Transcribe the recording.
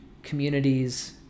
Communities